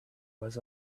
was